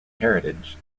heritage